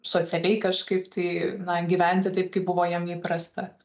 socialiai kažkaip tai na gyventi taip kaip buvo jam įprasta